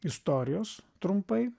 istorijos trumpai